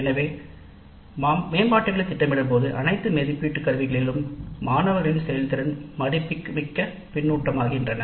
எனவே மேம்பாடுகளைத் திட்டமிடும்போது அனைத்து மதிப்பீட்டு கருவிகளிலும் மாணவர்களின் செயல்திறன் நமக்கு பயனுள்ள கருத்துக்களை உருவாக்குகின்றன